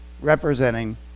representing